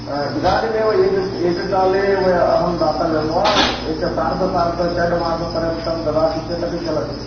इदानीमेव एक एककाले व अहं दातव्यं वा एक सार्धसार्ध षड्मासपर्यन्तं ददाति चेदपि चलति